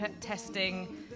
testing